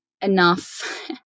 enough